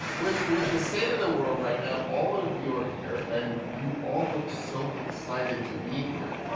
with with the state of the world right now all of you are here and you all look so excited to be here.